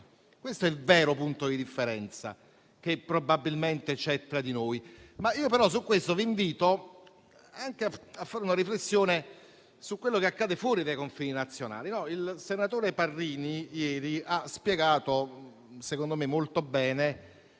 Questo è il vero punto di differenza che probabilmente c'è tra di noi. Su questo, vi invito a fare una riflessione su quello che accade fuori dai confini nazionali. Il senatore Parrini ieri ha spiegato, secondo me molto bene,